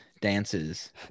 dances